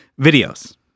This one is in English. videos